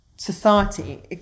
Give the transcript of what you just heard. society